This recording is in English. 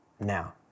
now